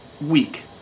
week